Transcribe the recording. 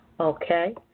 Okay